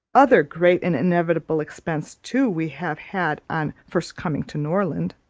other great and inevitable expenses too we have had on first coming to norland.